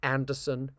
Anderson